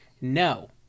No